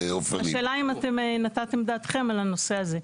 השאלה אם אתם נתתם את דעתכם על הנושא הזה?